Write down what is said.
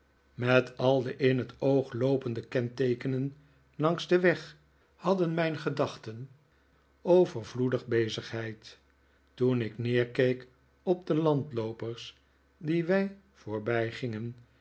met al de in het oog loopende kenteekenen langs den weg hadden mijn gedachten overvloedig bezigheid toen ik neerkeek op de landloopers die wij